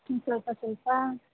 ಹ್ಞೂ ಸ್ವಲ್ಪ ಸ್ವಲ್ಪ